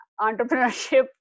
entrepreneurship